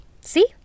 See